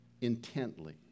intently